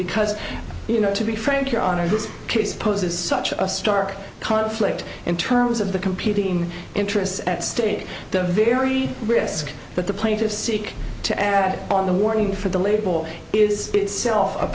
because you know to be frank your honor this case poses such a stark conflict in terms of the competing interests at stake the very risk but the plaintiffs seek to add on the warning for the label is itself a